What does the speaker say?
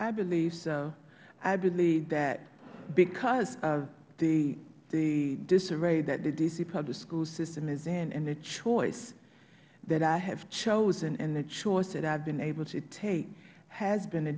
i believe so i believe that because of the disarray that the d c public school system is in and the choice that i have chosen and the choice that i have been able to take has been a